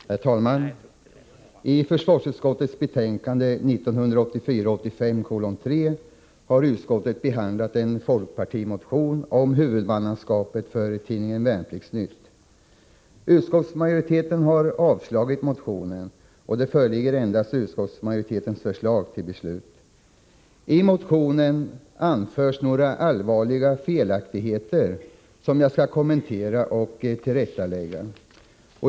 Herr talman! I försvarsutskottets betänkande 3 har utskottet behandlat en folkpartimotion om huvudmannaskapet för tidningen Värnpliktsnytt. Utskottsmajoriteten har avstyrkt motionen, och det föreligger endast utskottsmajoritetens förslag till beslut. I motionen anförs några allvarliga felaktigheter, som jag skall kommentera och tillrättalägga.